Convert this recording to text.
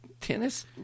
tennis